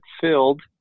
filled